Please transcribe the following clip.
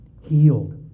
Healed